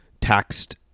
taxed